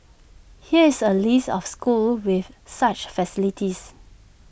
here's A list of schools with such facilities